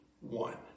one